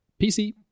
PC